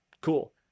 Cool